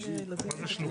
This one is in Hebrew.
זה מה שצריך לעשות.